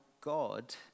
God